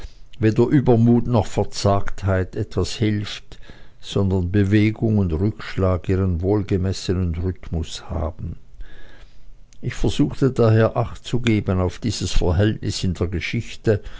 weder übermut noch verzagtheit etwas hilft sondern bewegung und rückschlag ihren wohlgemessenen rhythmus haben ich versuchte daher achtzugeben auf dieses verhältnis in der geschichte